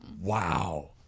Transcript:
Wow